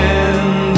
end